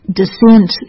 descent